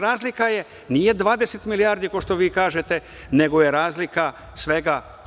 Razlika nije 20 milijardi, kao što vi kažete, nego je razlika svega